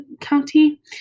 county